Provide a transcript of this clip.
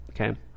Okay